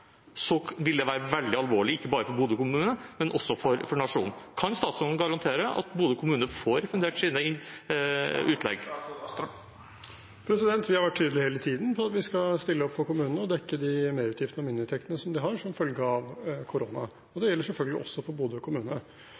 vil det være veldig alvorlig – ikke bare for Bodø kommune, men også for nasjonen. Kan statsråden garantere at Bodø kommune får refundert sine utlegg? Vi har hele tiden vært tydelige på at vi skal stille opp for kommunene og dekke merutgiftene og mindreinntektene de har som følge av korona. Det gjelder selvfølgelig også for Bodø kommune.